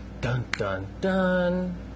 Dun-dun-dun